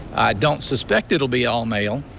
don't suspect it will be all male.